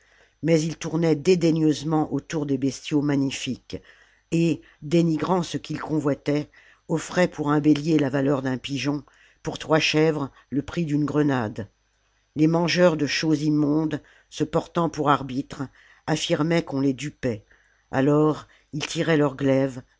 mais ils tournaient dédaigneusement autour des bestiaux magnifiques et dénigrant ce qu'ils convoitaient offraient pour un bélier la valeur d'un pigeon pour trois chèvres le prix d'une grenade salammbo les mangeurs de choses immondes se portant pour arbitres affirmaient qu'on les dupait alors ils tiraient leur glaive